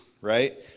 right